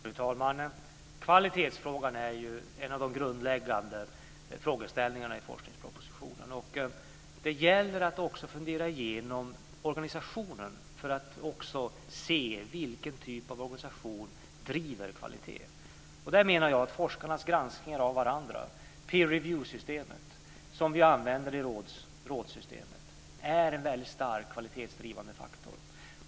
Fru talman! Kvalitetsfrågan är en av de grundläggande frågeställningarna i forskningspropositionen. Det gäller att också fundera igenom organisationen för att se vilken typ av organisation som driver kvalitet. Jag menar att forskarnas granskningar av varandra, peer review-systemet, som vi använder i rådssystemet är en starkt kvalitetsdrivande faktor.